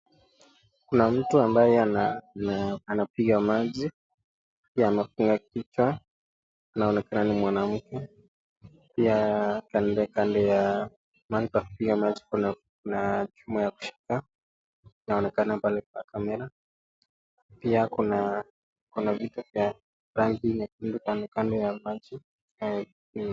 Kuna mtu ambaye anapiga maji. Pia anafunga kichwa. Anaonekana ni mwanamke. Pia kando kando ya mahali anapiga maji kuna chuma ya kushika. Anaonekana pale kwa kamera. Pia kuna vitu vya rangi nyekundu kando kando ya maji.